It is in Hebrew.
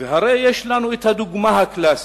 והרי יש לנו הדוגמה הקלאסית,